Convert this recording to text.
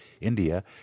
India